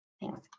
Thanks